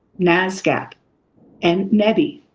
nassgap and nebby,